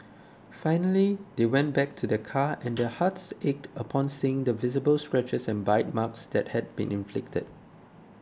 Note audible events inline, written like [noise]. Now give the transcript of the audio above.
finally they went back to their car [noise] and their hearts ached upon seeing the visible scratches and bite marks that had been inflicted